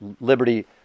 liberty